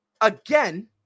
Again